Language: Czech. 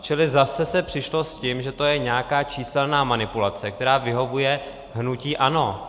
Čili zase se přišlo s tím, že je to nějaká číselná manipulace, která vyhovuje hnutí ANO.